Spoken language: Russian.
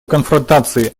конфронтации